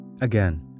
Again